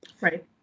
Right